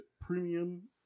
premium